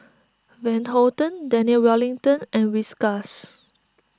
Van Houten Daniel Wellington and Whiskas